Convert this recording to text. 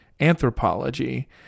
anthropology